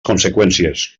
conseqüències